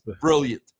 brilliant